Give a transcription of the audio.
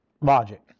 logic